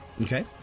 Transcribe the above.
okay